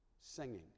singing